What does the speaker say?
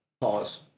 pause